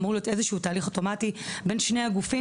אמור להיות איזשהו תהליך אוטומטי בין שני הגופים,